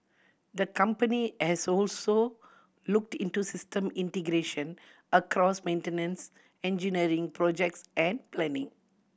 the company has also looked into system integration across maintenance engineering projects and planning